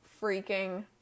freaking